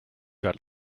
got